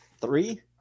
three